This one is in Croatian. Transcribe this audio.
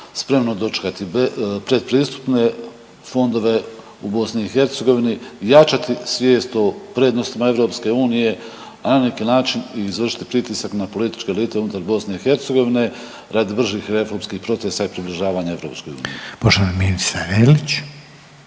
spremno dočekati predpristupne fondove u BiH, jačati svijest o prednostima EU, a na neki način i izvršiti pritisak na političke elite unutar BiH radi bržih reformskih procesa i približavanja EU. **Reiner, Željko